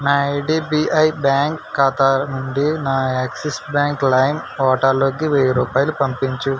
నా IDBI bank ఖాతా నుండి నా యాక్సిస్ బ్యాంక్ లైమ్ కోటాలోకి వెయ్యి రూపాయలు పంపించు